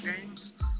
games